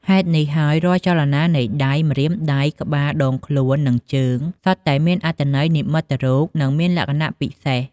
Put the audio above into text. ហេតុនេះហើយ រាល់ចលនានៃដៃ ម្រាមដៃ ក្បាល ដងខ្លួន និងជើង សុទ្ធតែមានអត្ថន័យនិមិត្តរូប និងមានលក្ខណៈពិសេស។